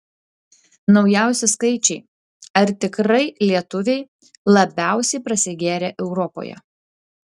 naujausi skaičiai ar tikrai lietuviai labiausiai prasigėrę europoje